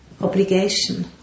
obligation